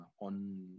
on